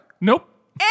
nope